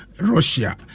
Russia